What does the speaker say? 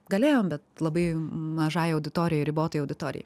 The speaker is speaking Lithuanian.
galėjom bet labai mažai auditorijai ribotai auditorijai